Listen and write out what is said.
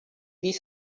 this